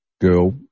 girl